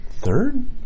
third